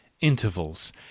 intervals